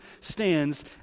stands